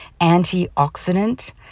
antioxidant